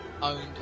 owned